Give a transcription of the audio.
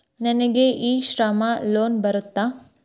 ನನಗೆ E Shram loan ಬರುತ್ತಾ?